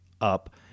up